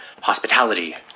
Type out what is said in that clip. hospitality